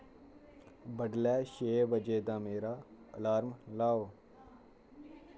बडलै छेह् बजे दा मेरा अलार्म लाओ